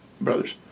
brothers